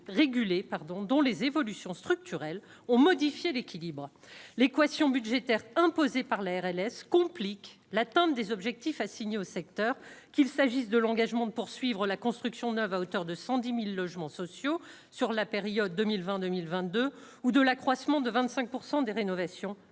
dont les évolutions structurelles ont modifié l'équilibre l'équation budgétaire imposée par la RLS complique l'atteinte des objectifs assignés au secteur qu'il s'agisse de l'engagement de poursuivre la construction neuve, à hauteur de 110000 logements sociaux sur la période 2020, 2022 ou de l'accroissement de 25 pourcent des rénovations,